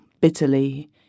bitterly